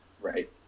right